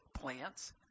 plants